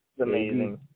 amazing